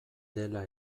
dela